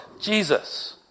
Jesus